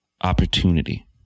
opportunity